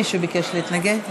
מישהו ביקש להתנגד?